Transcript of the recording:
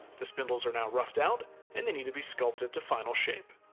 the spindles are now roughed out and they need to be sculpted to final shape.